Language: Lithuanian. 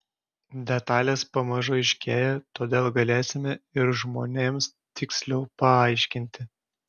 detalės pamažu aiškėja todėl galėsime ir žmonėms tiksliau paaiškinti